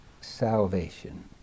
salvation